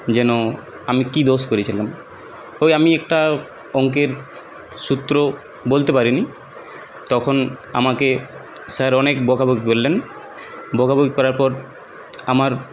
যেন আমি কি দোষ করেছিলাম ওই আমি একটা অঙ্কের সূত্র বলতে পারিনি তখন আমাকে স্যার অনেক বকাবকি করলেন বকাবকি করার পর আমার